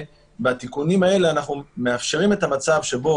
בתיקונים האלה אנחנו מאפשרים את המצב שבו